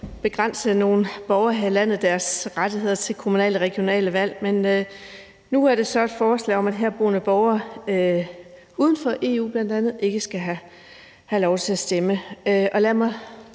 for nogle borgere her i landet i forhold til kommunale og regionale valg. Men nu er det så et forslag om, at herboende borgere, bl.a. fra lande uden for EU, ikke skal have lov til at stemme.